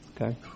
okay